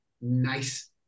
nice